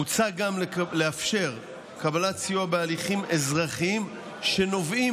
מוצע גם לאפשר קבלת סיוע בהליכים אזרחיים שנובעים